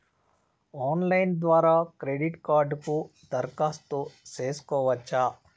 Online ద్వారా credit కార్డుకు దరఖాస్తు సేసుకోవచ్చా?